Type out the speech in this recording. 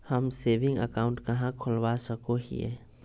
हम saving account कहाँ खोलवा सको हियै?